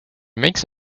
makes